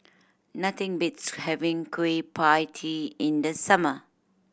nothing beats having Kueh Pie Tee in the summer